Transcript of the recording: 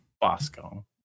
Bosco